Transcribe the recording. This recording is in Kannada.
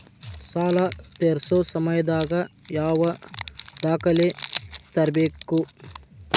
ಸಾಲಾ ತೇರ್ಸೋ ಸಮಯದಾಗ ಯಾವ ದಾಖಲೆ ತರ್ಬೇಕು?